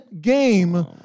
game